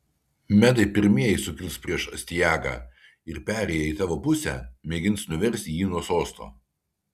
medai pirmieji sukils prieš astiagą ir perėję į tavo pusę mėgins nuversti jį nuo sosto